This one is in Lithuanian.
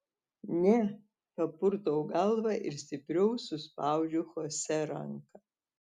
ne papurtau galvą ir stipriau suspaudžiu chosė ranką